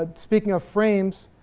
ah speaking of frames.